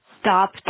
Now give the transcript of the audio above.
Stop